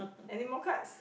any more cards